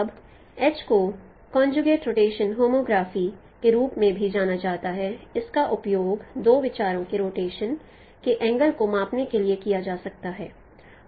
अब H को conjugate rotation homography के रूप में भी जाना जाता है और इसका उपयोग दो विचारों के रोटेशन के एंगल को मापने के लिए किया जा सकता है